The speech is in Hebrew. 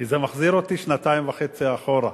כי זה מחזיר אותי שנתיים וחצי אחורה,